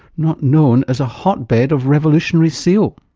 not known as a hotbed of revolutionary zeal.